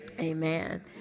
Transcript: Amen